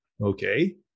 okay